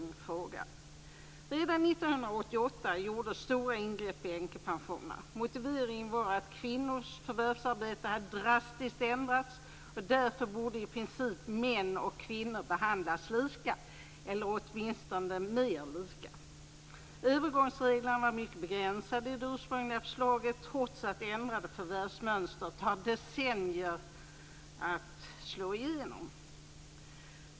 Redan 1988 gjordes stora ingrepp i änkepensionerna. Motiveringen var att kvinnors förvärvsarbete drastiskt hade ändrats och att män och kvinnor därför i princip borde behandlas lika - eller åtminstone mer lika. Övergångsreglerna var i det ursprungliga förslaget mycket begränsade, trots att det tar decennier för förändrade förvärvsmönster att slå igenom.